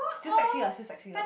still sexy lah still sexy lah